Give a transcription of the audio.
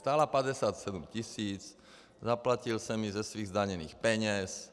Stála 57 tisíc, zaplatil jsem ji ze svých zdaněných peněz.